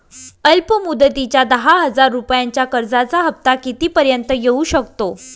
अल्प मुदतीच्या दहा हजार रुपयांच्या कर्जाचा हफ्ता किती पर्यंत येवू शकतो?